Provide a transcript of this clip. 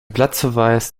platzverweis